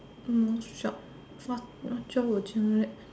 mm what job what what job would you like